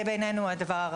זה בעינינו הדבר הראוי.